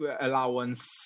allowance